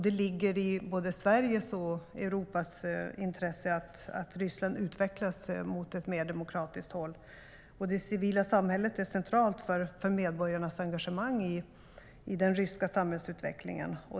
Det ligger i både Sveriges och Europas intresse att Ryssland utvecklas åt ett mer demokratiskt håll. Det civila samhället är centralt för medborgarnas engagemang i den ryska samhällsutvecklingen.